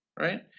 right